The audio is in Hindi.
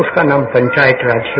उसका नाम पंचायत राज है